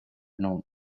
known